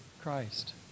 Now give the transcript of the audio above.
Christ